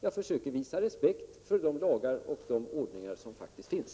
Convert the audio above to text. Jag försöker visa respekt för de lagar och förordningar som faktiskt finns.